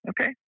Okay